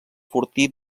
fortí